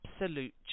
absolute